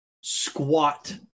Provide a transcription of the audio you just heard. squat